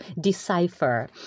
decipher